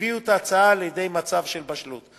הביאו את ההצעה לידי מצב של בשלות.